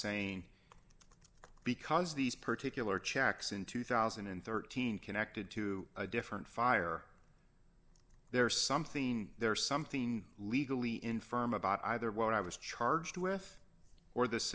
saying because these particular checks in two thousand and thirteen connected to a different fire there is something there something legally in firm about either what i was charged with or th